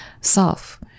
self